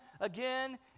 again